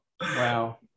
wow